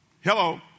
hello